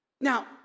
Now